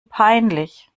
peinlich